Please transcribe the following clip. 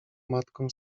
matką